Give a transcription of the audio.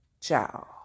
Ciao